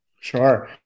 sure